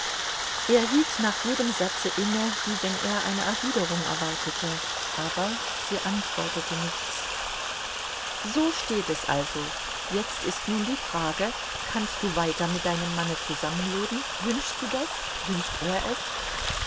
er hielt nach jedem satze inne wie wenn er eine erwiderung erwartete aber sie antwortete nichts so steht es also jetzt ist nun die frage kannst du weiter mit deinem manne zusammen leben wünschst du das wünscht er es